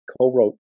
co-wrote